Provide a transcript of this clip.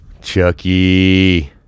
Chucky